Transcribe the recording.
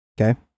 Okay